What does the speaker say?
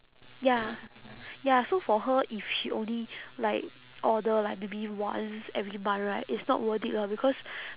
ya ya so for her if she only like order like maybe once every month right it's not worth it lor because